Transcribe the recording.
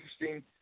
interesting